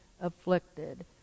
afflicted